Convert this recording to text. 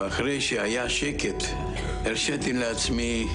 בשנת 2022 כ-6,000 אנשים קיבלו סיוע